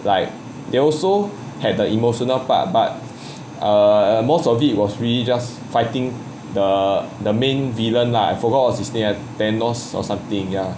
like they also had the emotional part but err most of it was really just fighting the the main villain lah I forgot what is his name thanos or something ya